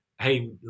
hey